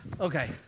okay